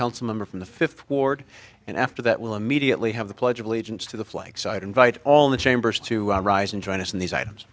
council member from the fifth ward and after that we'll immediately have the pledge of allegiance to the flag site invite all the chambers to rise and join us in these items